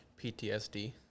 PTSD